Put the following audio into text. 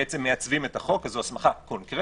שמייצבים את החוק, אז זו הסמכה קונקרטית.